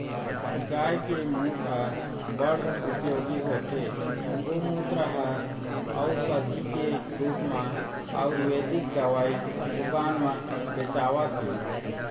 गाय के मूत ह बड़ उपयोगी होथे, गोमूत्र ह अउसधी के रुप म आयुरबेदिक दवई दुकान म बेचावत हे